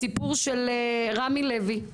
הסיפור של רמי לוי,